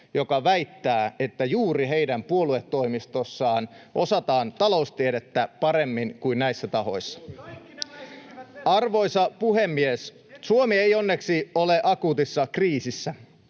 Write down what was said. joka väittää, että juuri heidän puoluetoimistossaan osataan taloustiedettä paremmin kuin näissä tahoissa. Arvoisa puhemies! Suomi ei onneksi ole akuutissa kriisissä,